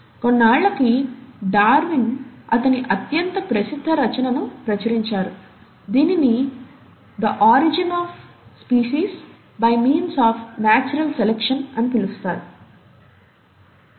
కొన్నాళ్ళకి డార్విన్ అతని అత్యంత ప్రసిద్ధ రచనను ప్రచురించారు దీనిని the origin of species by means of natural selection ' The origin of species by means of natural selection'